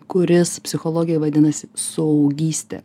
kuris psichologijoj vadinasi suaugystė